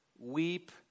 Weep